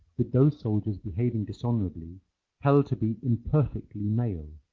with those soldiers behaving dishonourably held to be imperfectly male.